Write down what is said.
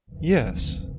Yes